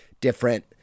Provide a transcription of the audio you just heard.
different